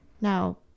Now